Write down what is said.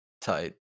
Tight